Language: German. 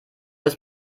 ist